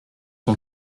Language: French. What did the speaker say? son